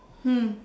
mm